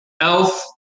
elf